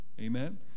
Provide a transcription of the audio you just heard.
Amen